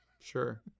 sure